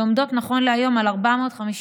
ועומדת נכון להיום על 455